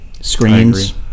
Screens